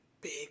big